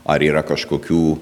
ar yra kažkokių